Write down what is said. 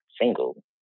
single